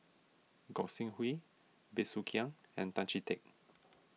Gog Sing Hooi Bey Soo Khiang and Tan Chee Teck